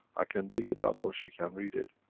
i can dig it out or she can read it.